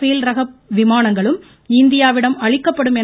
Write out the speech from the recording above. பேல் ரக விமானங்களும் இந்தியாவிடம் அளிக்கப்படும் என